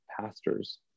pastors